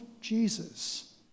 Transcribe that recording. Jesus